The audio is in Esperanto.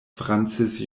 francis